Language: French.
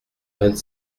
vingt